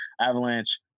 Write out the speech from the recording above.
Avalanche